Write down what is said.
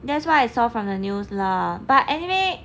that's why I saw from the news lah but anyway